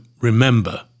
remember